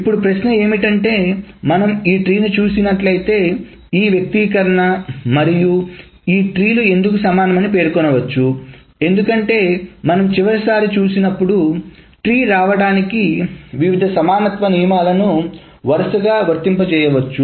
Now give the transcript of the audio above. ఇప్పుడు ప్రశ్న ఏమిటంటే మనం ఈ ట్రీ ను చూసినట్లయితే ఈ వ్యక్తీకరణ మరియు ఈ ట్రీ లు ఎందుకు సమానమని పేర్కొనవచ్చు ఎందుకంటే మనం చివరిసారి చూసినప్పుడు ట్రీ రావడానికి వివిధ సమానత్వ నియమాలను వరుసగా వర్తింపజేయ వచ్చు